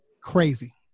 crazy